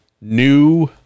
new